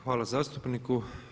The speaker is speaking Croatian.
Hvala zastupniku.